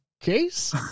case